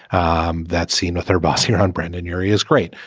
um that scene with her boss here on brandon areas. great.